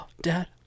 dad